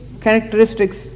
characteristics